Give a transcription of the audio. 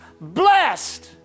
blessed